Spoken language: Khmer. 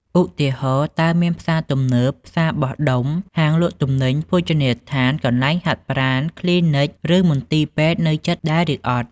ឧទាហរណ៍ តើមានផ្សារទំនើប ផ្សារបោះដុំ ហាងលក់ទំនិញ ភោជនីយដ្ឋាន កន្លែងហាត់ប្រាណ គ្លីនិក ឬមន្ទីរពេទ្យនៅជិតដែរឬអត់។